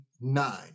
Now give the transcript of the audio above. nine